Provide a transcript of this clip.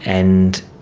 and